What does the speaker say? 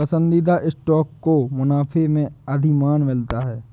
पसंदीदा स्टॉक को मुनाफे में अधिमान मिलता है